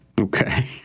Okay